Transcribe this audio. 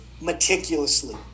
meticulously